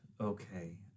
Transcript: okay